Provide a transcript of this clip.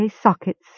sockets